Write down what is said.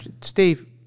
Steve